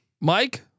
Mike